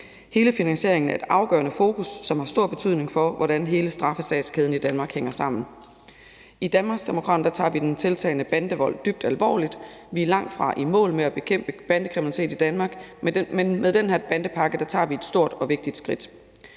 Hele finansieringen er et afgørende fokus, som har stor betydning for, hvordan hele straffesagskæden i Danmark hænger sammen. I Danmarksdemokraterne tager vi den tiltagende bandevold dybt alvorligt. Vi er langtfra i mål med at bekæmpe bandekriminalitet i Danmark, men med den her bandepakke tager vi et stort og vigtigt skridt.